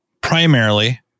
primarily